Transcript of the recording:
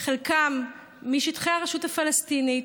חלקם משטחי הרשות הפלסטינית,